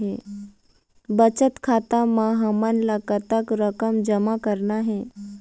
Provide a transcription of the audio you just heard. बचत खाता म हमन ला कतक रकम जमा करना हे?